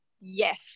Yes